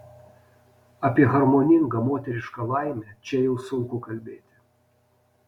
apie harmoningą moterišką laimę čia jau sunku kalbėti